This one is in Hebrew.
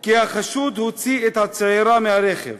כי החשוד הוציא את הצעירה מהרכב